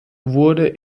wurde